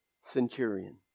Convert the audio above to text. centurion